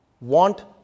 want